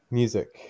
music